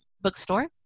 bookstore